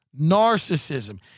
narcissism